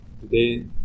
today